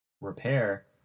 repair